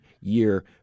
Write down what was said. year